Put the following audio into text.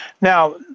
now